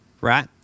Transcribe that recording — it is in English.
right